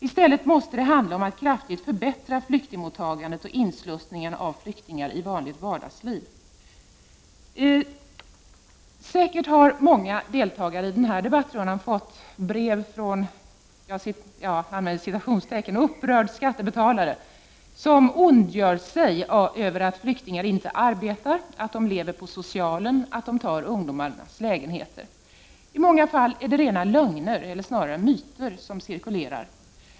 I stället måste det handla om att kraftigt förbättra flyktingmottagandet och inslussningen av flyktingar i vanligt vardagsliv. Säkert har många av deltagarna i denna debattrunda fått månget brev från ”upprörd skattebetalare” som ondgör sig över att flyktingarna inte arbetar, att de lever ”på socialen” och att de tar ungdomarnas lägenheter. I många fall är detta rena lögner, eller myter snarare, som cirkulerar.